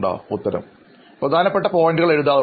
അഭിമുഖം സ്വീകരിക്കുന്നയാൾ പ്രധാനപ്പെട്ട പോയിൻറ്കൾ എഴുതാറുണ്ട്